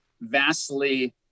vastly